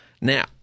Now